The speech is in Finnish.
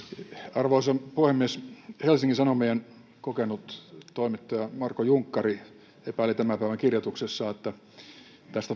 arvoisa puhemies helsingin sanomien kokenut toimittaja marko junkkari epäili tämän päivän kirjoituksessaan että tästä